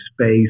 space